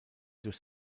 durch